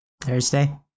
Thursday